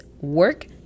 work